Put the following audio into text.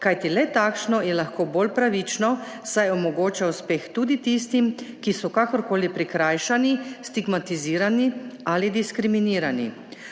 kajti le takšno je lahko bolj pravično, saj omogoča uspeh tudi tistim, ki so kakorkoli prikrajšani, stigmatizirani ali diskriminirani.